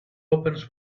opens